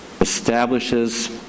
establishes